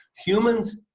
humans,